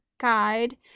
guide